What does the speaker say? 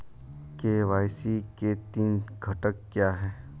KYC के तीन घटक क्या हैं?